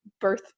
birth